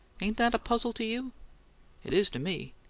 ain't that a puzzle to you it is to me.